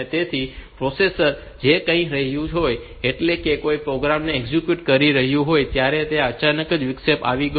તેથી પ્રોસેસર કે જે કંઈક કરી રહ્યું હતું એટલે કે તે કોઈ પ્રોગ્રામ ને એક્ઝિક્યુટ કરી રહ્યું હતું ત્યારે ત્યાં અચાનક જ વિક્ષેપ આવી ગયો